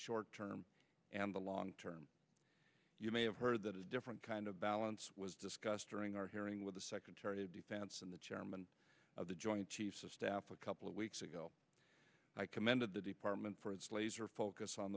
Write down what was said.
short term and the long term you may have heard that a different kind of balance was discussed during our hearing with the secretary of defense and the chairman of the joint chiefs of staff a couple of weeks ago i commended the department for its laser focus on